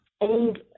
old